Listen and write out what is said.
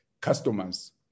customers